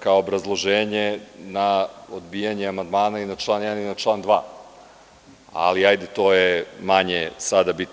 kao obrazloženje na odbijanje amandmana na član 1. i na član 2, ali ajde to je manje sada bitno.